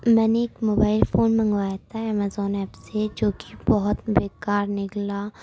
میں نے ایک موبائل فون منگوایا تھا امیزون ایپ سے جو کہ بہت بے کار نکلا